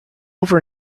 over